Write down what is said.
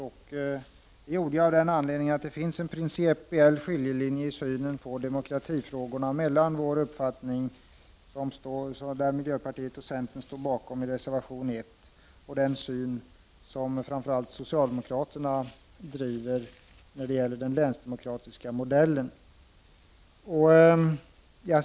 Det gjorde jag av den anledningen att det finns en principiell skiljelinje i fråga om synen på demokratifrågorna mellan den uppfattning som vi företräder i reservation 1, som miljöpartiet och centern står bakom, och den uppfattning som framför allt socialdemokraterna driver när det gäller den länsdemokratiska modellen.